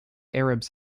arabs